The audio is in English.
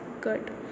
good